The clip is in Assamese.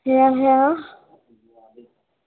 সেয়া সেয়া